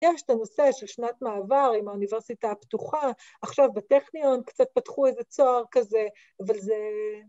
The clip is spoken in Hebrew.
‫יש את הנושא של שנת מעבר, ‫עם האוניברסיטה הפתוחה, ‫עכשיו בטכניון קצת פתחו איזה צוהר כזה, ‫אבל זה...